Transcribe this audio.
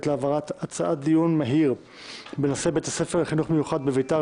להעברת הצעת דיון מהיר בנושא בית הספר לחינוך מיוחד בביתר